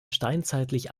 steinzeitlich